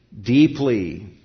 deeply